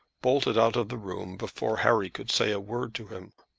bolted out of the room before harry could say a word to him.